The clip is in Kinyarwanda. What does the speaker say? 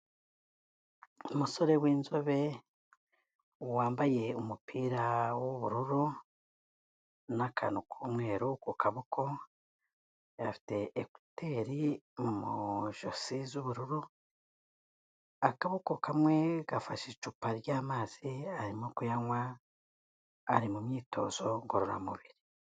Umusore w'inzobe, wambaye umupira w'ubururu n'akantu k'umweru ku kaboko, afite ekuteri mu josi z'ubururu, akaboko kamwe gafashe icupa ry'amazi arimo kuyanywa, ari mu myitozo ngororamubiri.